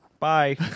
Bye